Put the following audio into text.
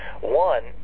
one